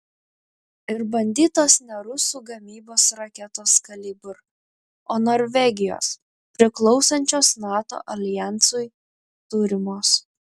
ir bandytos ne rusų gamybos raketos kalibr o norvegijos priklausančios nato aljansui turimos